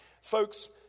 Folks